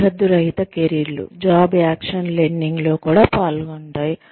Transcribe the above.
సరిహద్దు రహిత కెరీర్లు జాబ్ యాక్షన్ లెర్నింగ్లో కూడా పాల్గొంటాయి